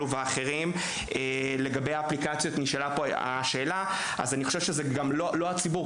נשאלה שאלה לגבי אפליקציות אבל בסוף זה לא הציבור.